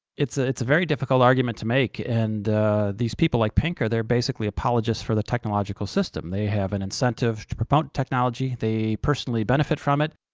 it's ah it's a very difficult argument to make, and these people like pinker, they're basically apologists for the technological system. they have an incentive to promote technology, they personally benefit from it,